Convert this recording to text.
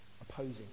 opposing